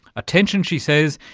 attention, she says,